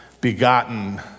begotten